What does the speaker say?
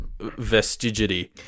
vestigity